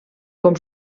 com